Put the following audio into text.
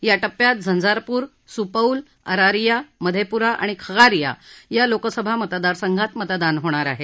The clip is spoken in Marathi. या टप्प्यात झंझारपुर सुपौल अरारिया मधेपुरा आणि खगारिया या लोकसभा मतदार संघात मतदान होणार आहे